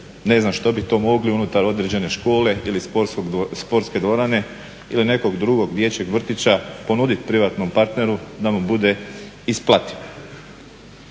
ne znam što bi to mogli unutar određene škole, ili sportske dvorane, ili nekog drugog dječjeg vrtića ponudit privatnom partneru da mu bude isplativ.